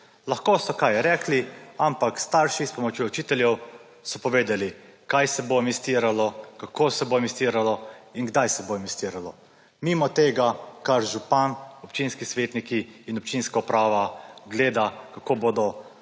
Lahko so kaj rekli, ampak starši s pomočjo učiteljev so povedal, kaj se bo investiralo, kako se bo investiralo in kdaj se bo investiralo mimo tega, kaj župan, občinski svetniki in občinska uprava gleda, kako bodo